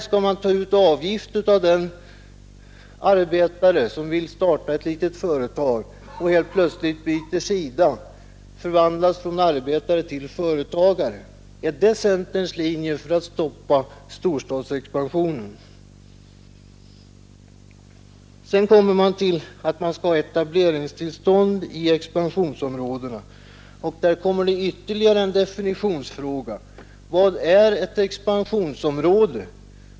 Skall man ta ut avgifter av den arbetare som vill starta ett litet företag och helt plötsligt byter sida — förvandlas från att vara arbetare till att bli företagare? Är det centerns linje när det gäller att stoppa storstadsexpansionen? Vidare föreslås etableringstillstånd i expansionsorterna. Här uppkommer ytterligare en definitionsfråga: Vad är ett expansionsområde?